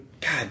god